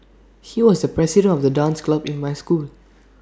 he was the president of the dance club in my school